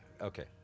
Okay